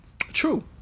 True